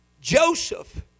Joseph